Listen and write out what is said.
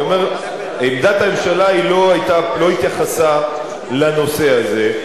אני אומר שעמדת הממשלה לא התייחסה לנושא הזה.